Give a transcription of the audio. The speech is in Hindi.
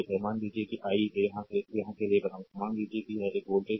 मान लीजिए कि आई इसे यहां के लिए बनाऊंगा मान लीजिए कि यह आर वोल्टेज सोर्स है